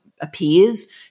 appears